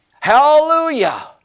Hallelujah